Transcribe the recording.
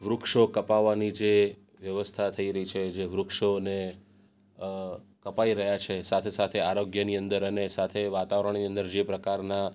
વૃક્ષો કપાવવાની છે વ્યવસ્થા થઈ રહી છે જે વૃક્ષોને કપાઈ રહ્યાં છે સાથે સાથે આરોગ્યની અંદર અને સાથે વાતાવરણની અંદર જે પ્રકારના